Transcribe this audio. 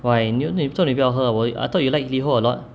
why 你为为什么你不要喝我 I thought you like liho a lot